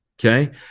okay